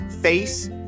face-